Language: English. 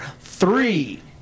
three